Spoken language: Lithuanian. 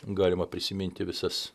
galima prisiminti visas